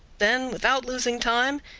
then without losing time,